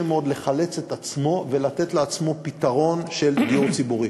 מאוד לחלץ את עצמו ולתת לעצמו פתרון של דיור ציבורי.